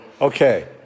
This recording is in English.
okay